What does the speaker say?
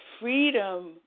freedom